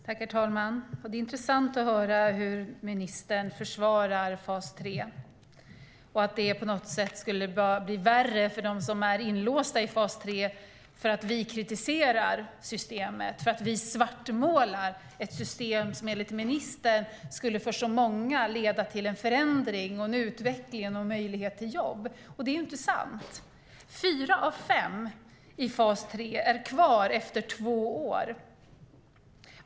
Herr talman! Det är intressant att höra hur ministern försvarar fas 3. Hon säger att det på något sätt skulle bli värre för dem som är inlåsta i fas 3 av att vi kritiserar systemet och av att vi svartmålar ett system som enligt ministern för många skulle leda till en förändring, en utveckling och en möjlighet till jobb. Det är inte sant. Fyra av fem i fas 3 är kvar efter två år.